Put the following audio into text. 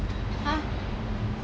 !huh!